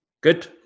Good